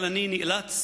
אבל אני נאלץ